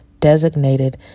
designated